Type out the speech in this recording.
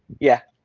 yeah.